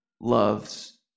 loves